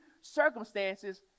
circumstances